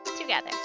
together